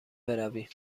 برویم